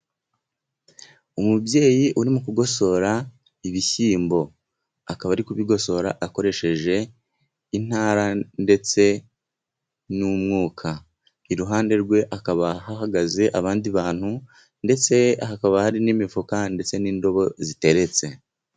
Umubyeyi uri mu kugosora ibishyimbo. Akaba ari kubigosora akoresheje intara ndetse n'umwuka. Iruhande rwe hakaba hahagaze abandi bantu, ndetse hakaba hari n'imifuka ndetse n'indobo ziteretse.